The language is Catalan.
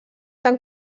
tan